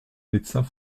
médecins